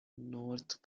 north